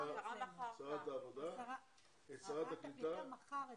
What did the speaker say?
שרת הקליטה מחר אצלנו.